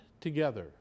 together